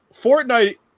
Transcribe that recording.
fortnite